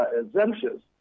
exemptions